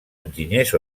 enginyers